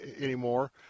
anymore